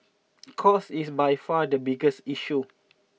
cost is by far the biggest issue